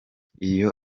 iyo